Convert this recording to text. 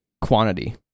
Quantity